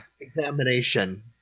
Examination